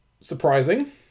surprising